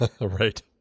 Right